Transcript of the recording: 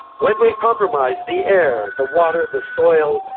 when we compromise the air, the water, the soil,